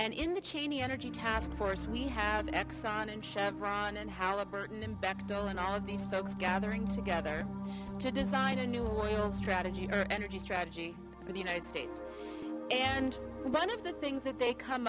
and in the cheney energy task force we have exxon and chevron and how a burden back dolan all of these folks gathering together to design a new oil strategy or energy strategy for the united states and one of the things that they come